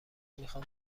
میخام